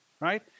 right